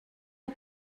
est